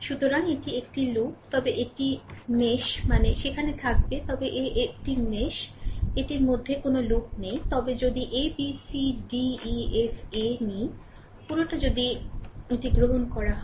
সুতরাং এটি একটি লুপ তবে এটি মেশ মানে সেখানে থাকবে তবে এ এটি একটি মেশ এটির মধ্যে কোনও লুপ নেই তবে যদি a b c d e f a নিই পুরোটা যদি এটি গ্রহণ করা হয়